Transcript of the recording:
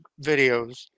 videos